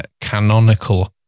canonical